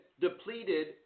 depleted